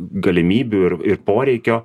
galimybių ir ir poreikio